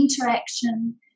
interaction